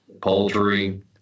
poultry